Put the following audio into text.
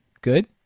good